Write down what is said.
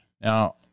Now